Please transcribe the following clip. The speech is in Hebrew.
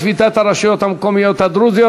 שביתת הרשויות המקומיות הדרוזיות,